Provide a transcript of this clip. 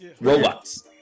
robots